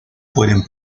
pueden